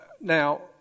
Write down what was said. now